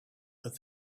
but